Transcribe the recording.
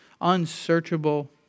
unsearchable